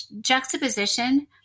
juxtaposition